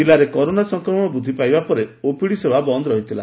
ଜିଲ୍ଲାରେ କରୋନା ସଂକ୍ରମଣ ବୃଦ୍ଧି ପାଇବା ପରେ ଓପିଡ଼ି ବନ୍ଧ ରହିଥିଲା